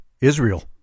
Israel